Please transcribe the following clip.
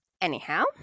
anyhow